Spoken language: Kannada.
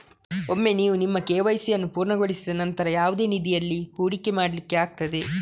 ಒಮ್ಮೆ ನೀವು ನಿಮ್ಮ ಕೆ.ವೈ.ಸಿ ಅನ್ನು ಪೂರ್ಣಗೊಳಿಸಿದ ನಂತ್ರ ಯಾವುದೇ ನಿಧಿಯಲ್ಲಿ ಹೂಡಿಕೆ ಮಾಡ್ಲಿಕ್ಕೆ ಆಗ್ತದೆ